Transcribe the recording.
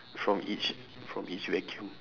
from each from each vacuum